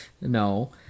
No